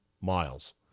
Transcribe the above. miles